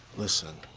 listen,